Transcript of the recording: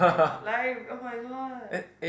life oh-my-god